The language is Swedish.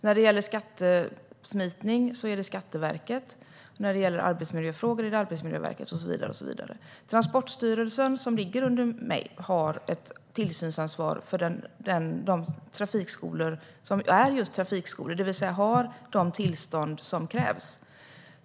När det gäller skattesmitning är det Skatteverkets uppgift, när det gäller arbetsmiljöfrågor är det Arbetsmiljöverkets uppgift och så vidare. Transportstyrelsen, som ligger under mig, har ett tillsynsansvar för de trafikskolor som är just trafikskolor, det vill säga har de tillstånd som krävs.